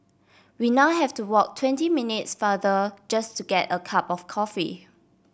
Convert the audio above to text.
we now have to walk twenty minutes farther just to get a cup of coffee